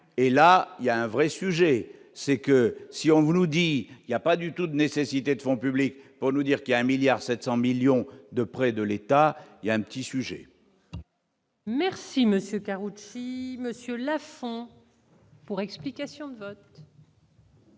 et là il y a un vrai sujet, c'est que si on vous dit il y a pas du tout de nécessité de fonds publics pour nous dire qu'il y a 1 milliard 700 millions de prêts de l'État, il y a un petit sujet. Merci monsieur Karoutchi monsieur Lafont pour explication de vote.